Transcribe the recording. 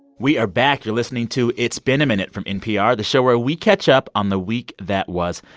we are back. you're listening to it's been a minute from npr the show where we catch up on the week that was.